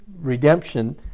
redemption